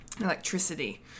electricity